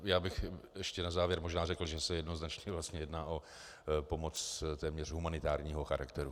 Já bych ještě na závěr možná řekl, že se jednoznačně vlastně jedná o pomoc téměř humanitárního charakteru.